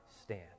stand